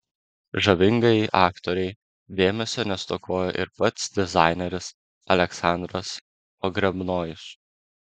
žavingajai aktorei dėmesio nestokojo ir pats dizaineris aleksandras pogrebnojus